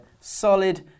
solid